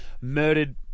murdered